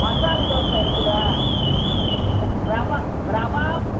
மசால் தோசை இருக்குதா ர ரவை ரவை